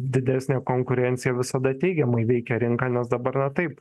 didesnė konkurencija visada teigiamai veikia rinką nes dabar yra taip